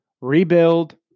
Rebuild